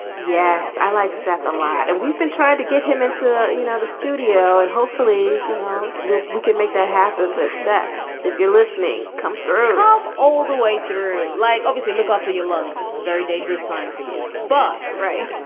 yes, i like that a lot. and we've been trying to get him into you know the studio and hopefully, you know, we can make that happen. but seth, if you're listening, come through um all the way through, like obviously look after your lungs. this is a very dangerous time for you. but right,